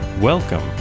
Welcome